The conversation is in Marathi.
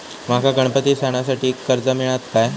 माका गणपती सणासाठी कर्ज मिळत काय?